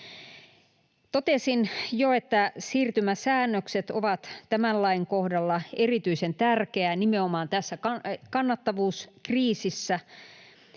Totesin jo, että siirtymäsäännökset ovat tämän lain kohdalla erityisen tärkeitä nimenomaan tässä kannattavuuskriisissä.